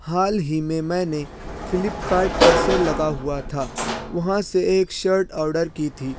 حال ہی میں میں نے فلپ کارٹ پر سیل لگا ہُوا تھا وہاں سے ایک شرٹ آڈر کی تھی